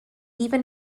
even